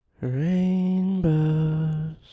Rainbows